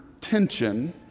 tension